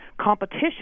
competition